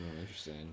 interesting